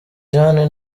jane